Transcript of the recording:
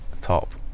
top